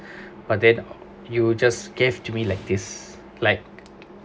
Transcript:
but then you just gave to me like this like